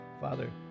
Father